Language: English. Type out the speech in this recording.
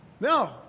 No